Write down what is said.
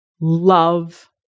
love